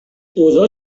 اوضاع